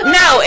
no